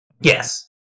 Yes